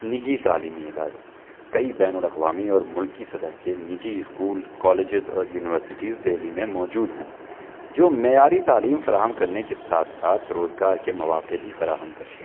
نجی تعلیمی ادارے کئی بین الاقوامی اور ملکی سطح کے نجی اسکول کالجیز اور یونیورسٹیز دہلی میں موجود ہیں جو معیاری تعلیم فراہم کرنے کے ساتھ ساتھ روزگار کے مواقع بھی فراہم کرتے ہیں